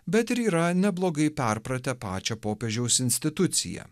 bet ir yra neblogai perpratę pačią popiežiaus instituciją